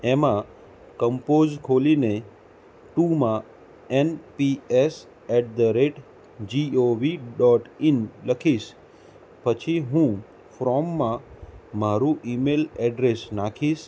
એમાં કંપોઝ ખોલીને ટુમાં N P S at the rate G O V dot in લખીશ પછી હું ફ્રોમમાં મારું ઈમેલ એડ્રેસ નાખીશ